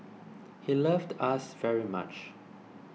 he loved us very much